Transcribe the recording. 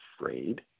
afraid